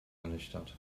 ernüchtert